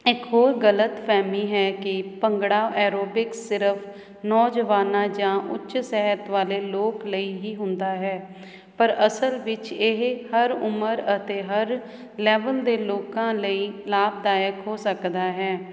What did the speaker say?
ਇੱਕ ਹੋਰ ਗਲਤਫਹਿਮੀ ਹੈ ਕਿ ਭੰਗੜਾ ਐਰੋਬਿਕਸ ਸਿਰਫ਼ ਨੌਜਵਾਨਾਂ ਜਾਂ ਉੱਚ ਸਿਹਤ ਵਾਲੇ ਲੋਕ ਲਈ ਹੀ ਹੁੰਦਾ ਹੈ ਪਰ ਅਸਲ ਵਿੱਚ ਇਹ ਹਰ ਉਮਰ ਅਤੇ ਹਰ ਲੈਵਲ ਦੇ ਲੋਕਾਂ ਲਈ ਲਾਭਦਾਇਕ ਹੋ ਸਕਦਾ ਹੈ